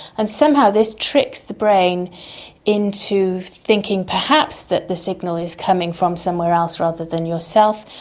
and somehow this tricks the brain into thinking perhaps that the signal is coming from somewhere else rather than yourself,